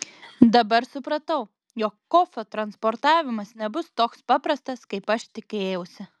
dabar supratau jog kofio transportavimas nebus toks paprastas kaip aš tikėjausi